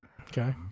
Okay